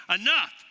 enough